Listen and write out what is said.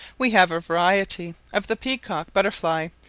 we have a variety of the peacock butterfly,